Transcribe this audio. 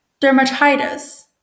dermatitis